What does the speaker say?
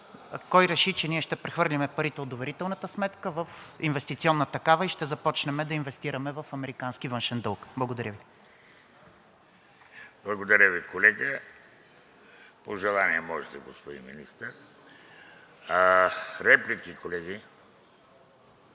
Кой реши, че ние ще прехвърлим парите от доверителната сметка в инвестиционна такава и ще започнем да инвестираме в американски външен дълг? Благодаря Ви. ПРЕДСЕДАТЕЛ ВЕЖДИ РАШИДОВ: Благодаря Ви, колега. По желание можете да отговорите, господин Министър. Реплики, колеги?